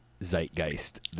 zeitgeist